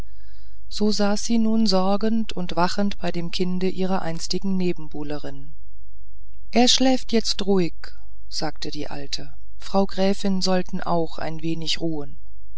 so saß sie nun sorgend und wachend bei dem kinde ihrer einstigen nebenbuhlerin er schläft jetzt ruhig sagte die alte frau gräfin sollten auch ein wenig ruhen